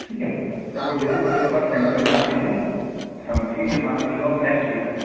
ठीक है तो वो जैसे ही मेरे पास मेरे पास सेंटर में आते हैं समथिंग ये मानके चलो आप नैक्स्ट वीक